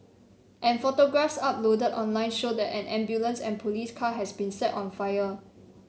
and photographs uploaded online show that an ambulance and police car has been set on fire